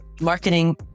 marketing